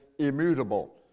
immutable